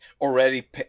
already